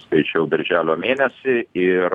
skaičiau birželio mėnesį ir